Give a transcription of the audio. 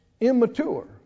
immature